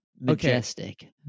majestic